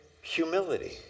humility